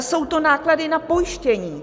Jsou to náklady na pojištění.